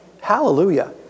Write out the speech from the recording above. Hallelujah